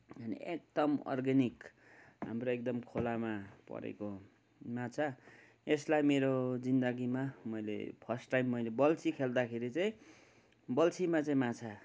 अनि एकदम अर्ग्यानिक हाम्रो एकदम खोलामा परेको माछा यसलाई मेरो जीन्दगीमा मैले फर्स्ट टाइम मैले बल्छी खेल्दाखेरि चाहिँ बल्छीमा चाहिँ माछा